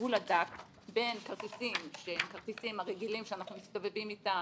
הגבול הדק בין כרטיסים שהם כרטיסים הרגילים שאנחנו מסתובבים איתם,